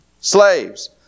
Slaves